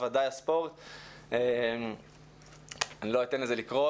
אני לא אתן לזה לקרות.